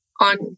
on